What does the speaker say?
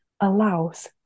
allows